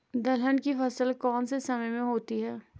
दलहन की फसल कौन से समय में होती है?